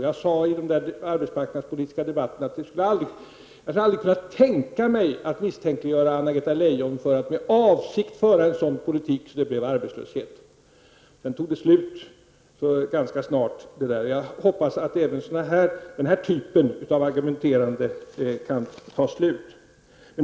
Jag sade i den arbetsmarknadspolitiska debatten att jag aldrig skulle kunna tänka mig att misstänkliggöra Anna-Greta Leijon för att med avsikt föra en sådan politik att det blev arbetslöshet. Sedan tog det ganska snart slut. Jag hoppas att också denna typ av argumenterande kan ta slut.